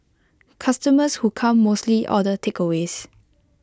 customers who come mostly order takeaways